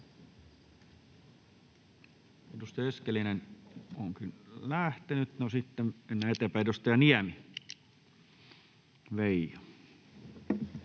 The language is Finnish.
Edustaja Eskelinen onkin lähtenyt, no sitten mennään eteenpäin. — Edustaja Niemi,